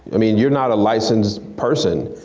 i mean you're not a licensed person.